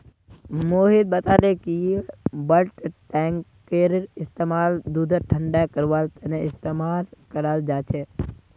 मोहित बताले कि बल्क टैंककेर इस्तेमाल दूधक ठंडा करवार तने इस्तेमाल कराल जा छे